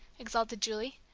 exulted julie.